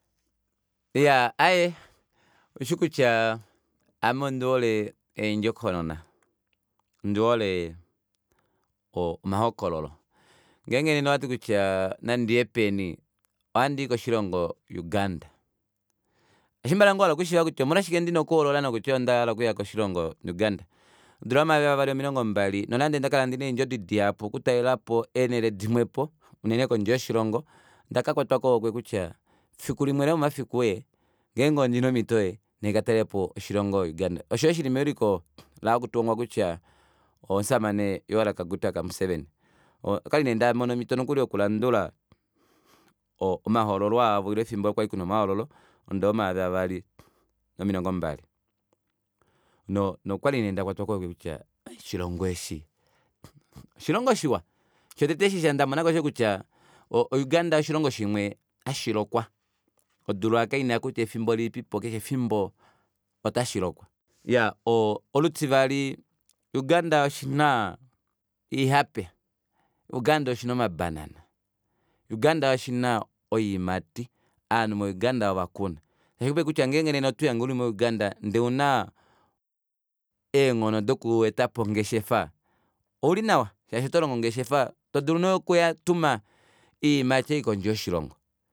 Iyaa aaye oushikutya ame ondihole eendjokonona ondihole omahokololo ngenge nene owati kutya nandiye peni ohandii koshilongo uganda kashimba wahala okushiiva kutya omolwashike ndina okuhoolola okuya koshilongo uganda odula yomayovi eli avali nomilongo mbali nonande ndali ndina eendjodi dihapu okutalelapo eenele dimwepo unene kondje yoshilongo ondakakwatwa kohokwe kutya efiku limwe lomomafiku ngenge ondina omito nandi katalelepo oshilongo uganda osho shili mewiliko lomushamane yoweri museveni kaguta okwali nee ndamona omito yokulandula omahoololo avo ile efimbo kwali kuna omahoololo momudo womayovi eli avali nomilongo mbali nokwali nee ndakwatwa kohokwe kutya oshilongo eeshi oshilongo shiwa shotete osho ndamonako oshosho kutya uganda oshilongo shimwe hashilokwa odula kaina kutya efimbo lilipipo keshe efimbo otashilokwa iyaa olutivali uganda oshina oihape uganda oshina omabanana uganda oshina oyiimati ovanhu mo uganda ovakuna ngenge nena otolihange uli mo uganda ndee ouna eenghono dokweetapo ongeshefa ouli nawa shaashi otolongo ongeshefa todulu nokutuma oyiimati ei kondje yoshilongo